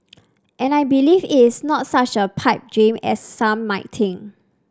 and I believe it's not such a pipe dream as some might think